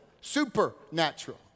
supernatural